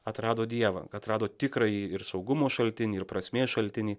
atrado dievą kad rado tikrąjį ir saugumo šaltinį ir prasmės šaltinį